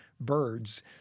birds